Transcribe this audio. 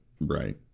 right